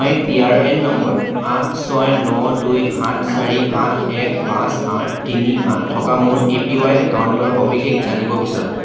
মই PRN number আঠ ছয় ন দুই সাত চাৰি আঠ এক পাঁচ আঠ তিনি আঠ থকা মোৰ এপিৱাই একাউণ্টৰ সবিশেষ জানিব বিচাৰোঁ